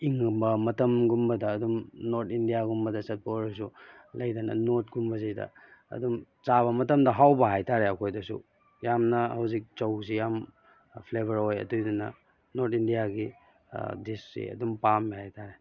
ꯃꯇꯝꯒꯨꯝꯕꯗ ꯑꯗꯨꯝ north India ꯒꯨꯝꯕꯗ ꯆꯠꯄ ꯑꯣꯏꯔꯁꯨ ꯂꯩꯗꯅ ꯅꯣꯔꯠ ꯀꯨꯝꯕꯁꯤꯗ ꯑꯗꯨꯝ ꯆꯥꯕ ꯃꯇꯝꯗ ꯍꯥꯎꯕ ꯍꯥꯏꯇꯥꯔꯦ ꯑꯩꯈꯣꯏꯗꯁꯨ ꯌꯥꯝꯅ ꯍꯧꯖꯤꯛ ꯆꯧꯁꯤ ꯌꯥꯝ ꯐ꯭ꯂꯦꯕꯔ ꯑꯣꯏ ꯑꯗꯨꯗꯨꯅ ꯅꯣꯔꯠ ꯏꯟꯗꯤꯌꯥꯒꯤ ꯗꯤꯁꯁꯤ ꯑꯗꯨꯝ ꯄꯥꯝꯏ ꯍꯥꯏꯇꯥꯔꯦ